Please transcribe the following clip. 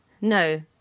No